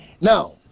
now